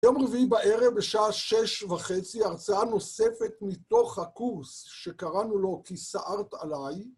יום רביעי בערב, בשעה שש וחצי, הרצאה נוספת מתוך הקורס שקראנו לו כי סערת עליי